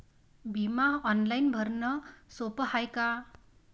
बिमा ऑनलाईन भरनं सोप हाय का?